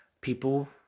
people